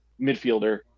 midfielder